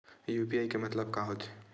UPI के मतलब का होथे?